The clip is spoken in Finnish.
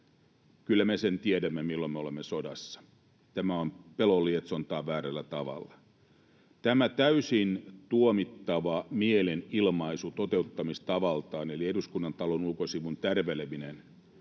Kyllä me sen tiedämme, milloin me olemme sodassa. Tämä on pelon lietsontaa väärällä tavalla. Tästä toteuttamistavaltaan täysin tuomittavasta mielenilmaisusta eli eduskunnan talon ulkosivun tärvelemisestä